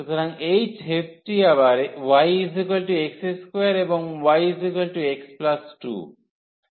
সুতরাং এই ছেদটি আবার yx2 এবং yx 2